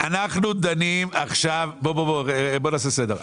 בואו נעשה סדר.